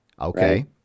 Okay